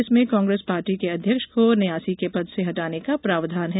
इसमें कांग्रेस पार्टी के अध्यक्ष को न्यासी के पद से हटाने का प्रावधान है